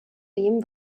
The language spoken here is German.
dem